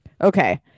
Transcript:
okay